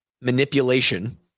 manipulation